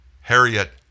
Harriet